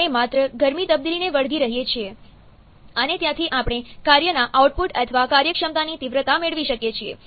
આપણે માત્ર ગરમી તબદીલીને વળગી રહી શકીએ છીએ અને ત્યાંથી આપણે કાર્યના આઉટપુટ અથવા કાર્યક્ષમતાની તીવ્રતા મેળવી શકીએ છીએ